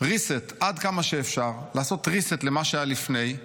reset עד כמה שאפשר, לעשות reset למה שהיה לפני,